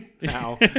now